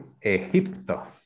Egipto